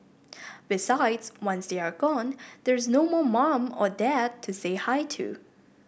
besides once they are gone there's no more mum or dad to say hi to